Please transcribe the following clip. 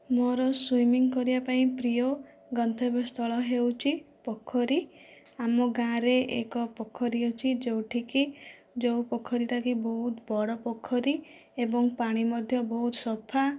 ମୋର ସୁଇମିଂ କରିବା ପାଇଁ ପ୍ରିୟ ଗନ୍ତବ୍ୟ ସ୍ଥଳ ହେଉଛି ପୋଖରୀ ଆମ ଗାଁରେ ଏକ ପୋଖରୀ ଅଛି ଯେଉଁଠିକି ଯେଉଁ ପୋଖରୀଟାକି ବହୁତ ବଡ଼ ପୋଖରୀ ଏବଂ ପାଣି ମଧ୍ୟ ବହୁତ ସଫା